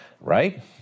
right